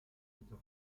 peter